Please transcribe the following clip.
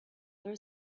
there